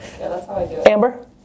Amber